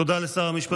תודה לשר המשפטים.